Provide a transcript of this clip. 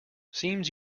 seems